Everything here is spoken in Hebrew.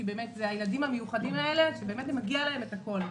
כי אלה ילדים מיוחדים שמגיע להם הכל.